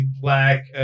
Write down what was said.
black